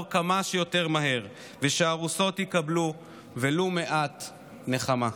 כמה שיותר מהר והארוסות יקבלו ולו מעט נחמה.